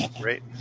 great